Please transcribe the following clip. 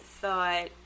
thought